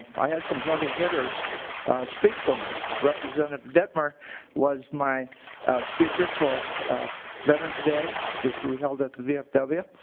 i had some heavy hitters speak for me. representative dettmer was my speaker for veterans day which we held that the vfw.